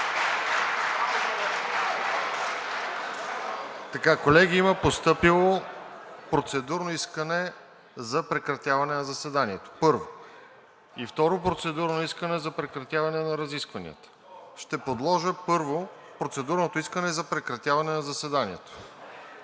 Колеги, има постъпило процедурно искане за прекратяване на заседанието, първо, и второ, процедурно искане за прекратяване на разискванията. Ще подложа първо процедурното искане за прекратяване на заседанието